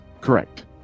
Correct